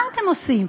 מה אתם עושים?